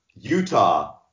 Utah